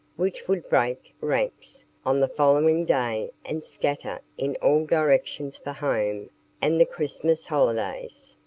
which would break ranks on the following day and scatter in all directions for home and the christmas holidays.